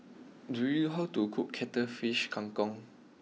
do you how to cook Cuttlefish Kang Kong